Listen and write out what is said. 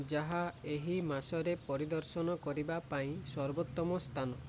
ଯାହା ଏହି ମାସରେ ପରିଦର୍ଶନ କରିବା ପାଇଁ ସର୍ବୋତ୍ତମ ସ୍ଥାନ